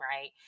right